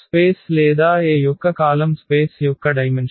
space లేదా A యొక్క column space యొక్క డైమెన్షన్